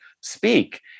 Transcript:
speak